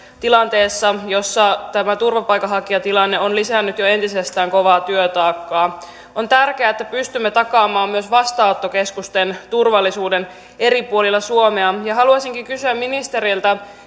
tilanteessa jossa tämä turvapaikanhakijatilanne on lisännyt jo entisestään kovaa työtaakkaa on tärkeää että pystymme takaamaan myös vastaanottokeskusten turvallisuuden eri puolilla suomea haluaisinkin kysyä ministeriltä